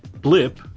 Blip